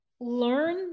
learn